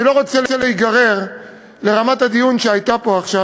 אני לא רוצה להיגרר לרמת הדיון שהייתה פה עכשיו,